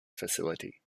facility